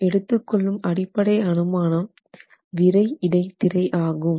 நாம் எடுத்துக்கொள்ளும் அடிப்படை அனுமானம் விறை இடைத்திரை ஆகும்